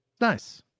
Nice